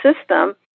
system